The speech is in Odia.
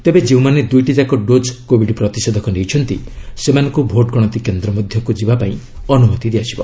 ତେବେ ଯେଉଁମାନେ ଦୁଇଟିଯାକ ଡୋଜ୍ କୋବିଡ୍ ପ୍ରତିଷେଧକ ନେଇଛନ୍ତି ସେମାନଙ୍କୁ ଭୋଟ ଗଣତି କେନ୍ଦ୍ର ମଧ୍ୟକୁ ଯିବା ପାଇଁ ଅନୁମତି ଦିଆଯିବ